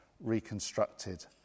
reconstructed